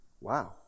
Wow